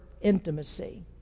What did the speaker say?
intimacy